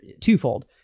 twofold